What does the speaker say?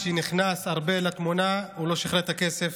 מכובדי היושב-ראש, חבריי חברי הכנסת,